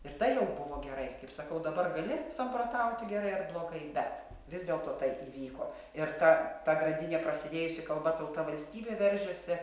ir tai jau buvo gerai kaip sakau dabar gali samprotauti gerai ar blogai bet vis dėlto tai įvyko ir ta ta grandinė prasidėjusi kalba tauta valstybė veržiasi